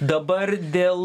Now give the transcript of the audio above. dabar dėl